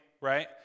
right